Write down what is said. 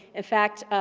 in fact,